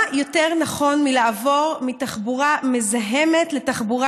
מה יותר נכון מלעבור מתחבורה מזהמת לתחבורה